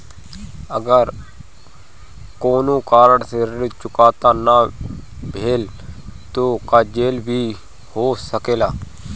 अगर कौनो कारण से ऋण चुकता न भेल तो का जेल भी हो सकेला?